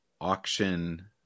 auction